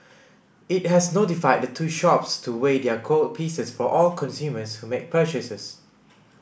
it has notified the two shops to weigh their gold pieces for all consumers who make purchases